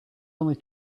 only